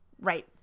right